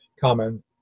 common